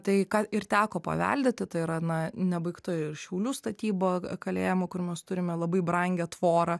tai ką ir teko paveldėti tai yra na nebaigta šiaulių statyba kalėjimo kur mes turime labai brangią tvorą